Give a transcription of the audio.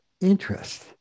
interest